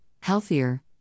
healthier